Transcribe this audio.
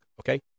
Okay